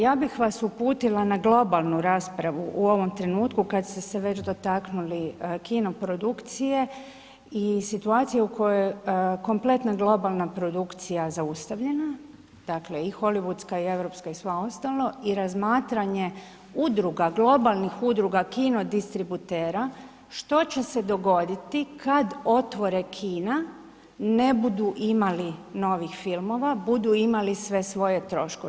Ja bih vas uputila na globalnu raspravu u ovom trenutku kada ste se već dotaknuli kino produkcije i situacije u kojoj je kompletna globalna produkcija zaustavljena, dakle i holivudska i europska i sva ostala, i razmatranje udruga, globalnih udruga kino distributera što će se dogoditi kada otvore kina, ne budu imali novih filmova, budu imali sve svoje troškove.